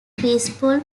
peaceful